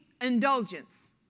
indulgence